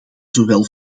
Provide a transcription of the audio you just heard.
zowel